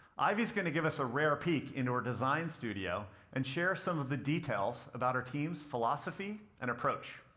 ivy's gonna give us a rare peek into her design studio and share some of the details about her team's philosophy and approach.